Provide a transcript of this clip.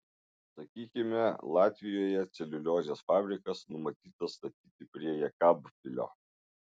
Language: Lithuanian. sakykime latvijoje celiuliozės fabrikas numatytas statyti prie jekabpilio